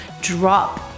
drop